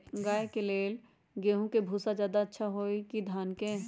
गाय के ले गेंहू के भूसा ज्यादा अच्छा होई की धान के?